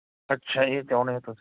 ਅੱਛਾ ਇਹ ਚਾਹੁੰਦੇ ਤੁਸੀਂ